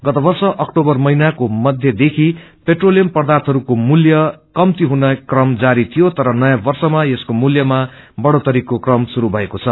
गत वर्ष अक्टुबर महिनाको अमध्यदेख पेट्रोलियम पर्दाष्हरूको मूल्य कप्ती हुने क्रम जारी थियो तर नयौं वप्रमा यसको मूल्यमा बढत्रोत्तरीको क्रम शुरू भएको छ